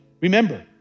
remember